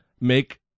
make